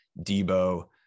Debo